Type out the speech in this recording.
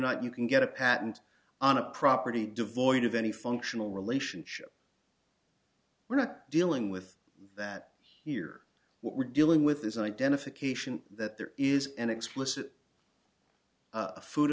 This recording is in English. not you can get a patent on a property devoid of any functional relationship we're not dealing with that here we're dealing with is an identification that there is an explicit food